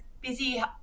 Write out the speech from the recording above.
busy